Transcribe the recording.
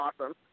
awesome